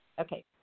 Okay